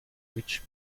which